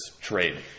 trade